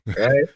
Right